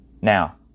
Now